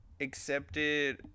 accepted